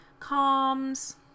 comms